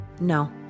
No